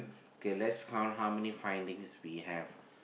okay let's count how many findings we have